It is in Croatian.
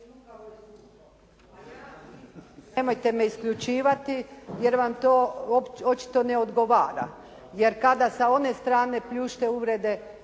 Nemojte me isključivati, jer vam to očito ne odgovara. Jer kada s one strane pljušte uvrede